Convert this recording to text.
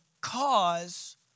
cause